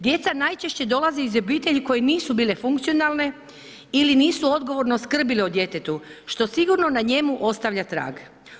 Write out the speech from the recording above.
Djeca najčešće dolaze iz obitelji koje nisu bile funkcionalne ili nisu odgovorne skrbile o djetetu što sigurno na njemu ostavlja trag.